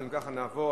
אנחנו אם כך נעבור,